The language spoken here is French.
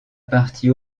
partie